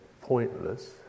pointless